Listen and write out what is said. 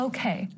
Okay